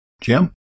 Jim